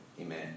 Amen